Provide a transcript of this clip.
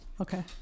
Okay